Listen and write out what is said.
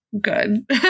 good